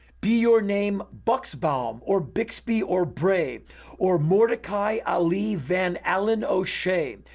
be your name buxbaum or bixby or bray or mordecai ali van allen o'shea,